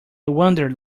wandered